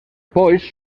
polls